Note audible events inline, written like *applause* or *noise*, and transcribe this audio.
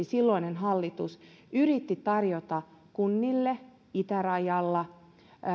*unintelligible* silloinen hallitus yritti tarjota kunnille itärajalla